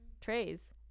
trays